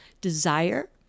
desire